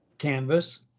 canvas